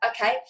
okay